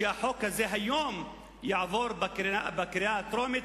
שהחוק הזה יעבור היום בקריאה טרומית,